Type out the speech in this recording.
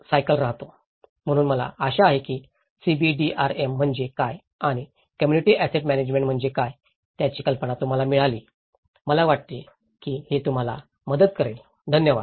म्हणून मला आशा आहे की सीबीडीआरएम म्हणजे काय आणि कम्युनिटी अॅसेट मॅनेजमेंट म्हणजे काय याची कल्पना तुम्हाला मिळाली मला वाटते की हे तुम्हाला मदत करेल धन्यवाद